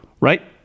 right